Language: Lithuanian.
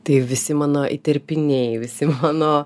tai visi mano įterpiniai visi mano